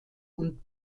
und